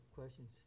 questions